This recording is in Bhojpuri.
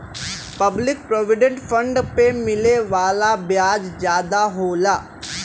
पब्लिक प्रोविडेंट फण्ड पे मिले वाला ब्याज जादा होला